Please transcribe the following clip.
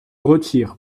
retire